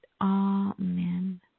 amen